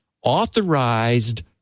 authorized